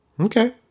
Okay